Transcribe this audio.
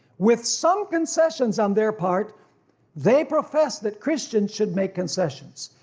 with some concessions on their part they profess that christians should make concessions,